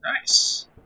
Nice